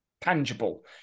tangible